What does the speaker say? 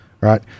Right